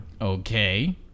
Okay